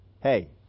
hey